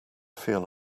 feel